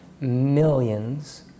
millions